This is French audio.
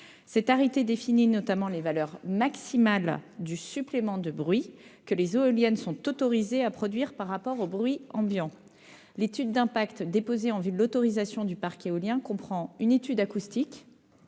l'environnement, notamment les valeurs maximales du supplément de bruit que les éoliennes sont autorisées à produire par rapport au bruit ambiant. L'étude d'impact déposée en vue de l'autorisation du parc éolien comprend une enquête acoustique